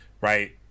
right